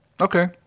Okay